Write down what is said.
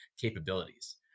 capabilities